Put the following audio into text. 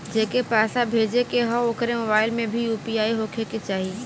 जेके पैसा भेजे के ह ओकरे मोबाइल मे भी यू.पी.आई होखे के चाही?